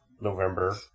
November